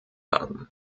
haben